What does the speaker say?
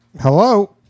Hello